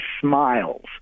Smiles